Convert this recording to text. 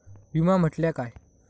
विमा म्हटल्या काय?